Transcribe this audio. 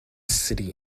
city